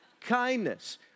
Kindness